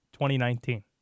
2019